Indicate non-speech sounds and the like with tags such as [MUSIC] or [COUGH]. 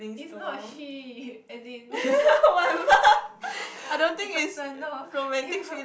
it's not a she as in [LAUGHS] personal info